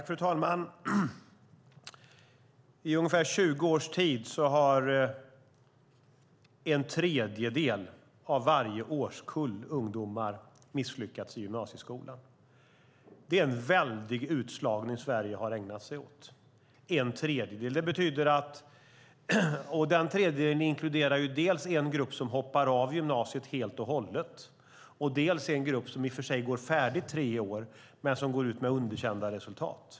Fru talman! I ungefär 20 års tid har en tredjedel av varje årskull ungdomar misslyckats i gymnasieskolan. Det är en väldig utslagning som Sverige har ägnat sig åt. Den tredjedelen inkluderar dels en grupp som hoppar av gymnasiet helt och hållet, dels en grupp som i och för sig går färdigt tre år men som går ut med underkända resultat.